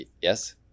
Yes